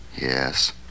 Yes